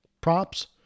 props